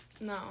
no